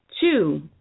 Two